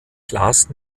glas